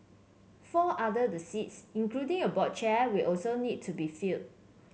four other the seats including a board chair will also need to be filled